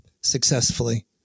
successfully